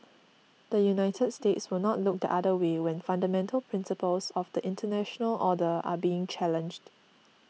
the United States will not look the other way when fundamental principles of the international order are being challenged